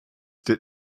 did